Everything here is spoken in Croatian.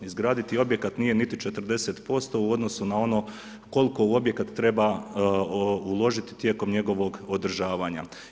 Izgraditi objekat nije niti 40% u odnosu na ono koliko u objekat treba uložiti tijekom njegovog održavanja.